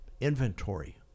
inventory